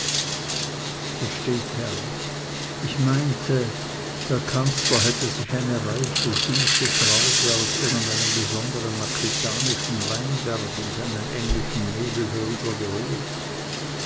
herr ich meinte der kanzler hätte sich eine reife süße traube aus irgendeinem besonderen aquitanischen weinberge in den englischen nebel